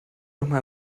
nochmal